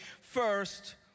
first